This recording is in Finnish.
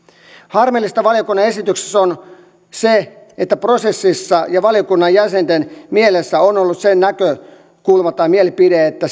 harmillista valiokunnan esityksessä on se että prosessissa ja valiokunnan jäsenten mielessä on ollut se näkökulma tai mielipide että